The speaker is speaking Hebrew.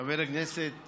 חבר הכנסת